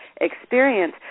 experience